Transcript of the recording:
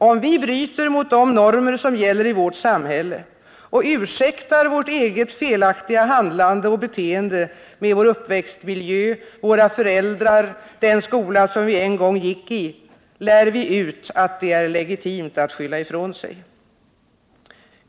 Om vi bryter mot de normer som gäller i vårt samhälle och ursäktar vårt eget felaktiga handlande och beteende med vår uppväxtmiljö, våra föräldrar, den skola vi en gång gick i, lär vi ut att det är legitimt att skylla ifrån sig.